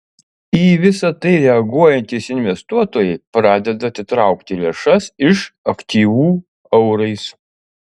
į visa tai reaguojantys investuotojai pradeda atitraukti lėšas iš aktyvų eurais